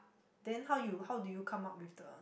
then how you how do you come up with the